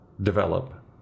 develop